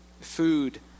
Food